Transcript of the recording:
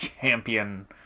champion